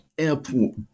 airport